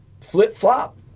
flip-flop